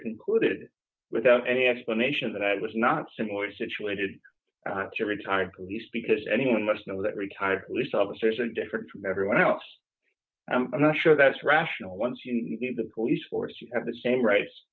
concluded without any explanation that i was not similarly situated to retired police because anyone must know that retired police officers are different from everyone else and i'm not sure that's rational once you need the police force you have the same rights